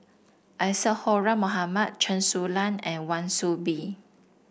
Isadhora Mohamed Chen Su Lan and Wan Soon Bee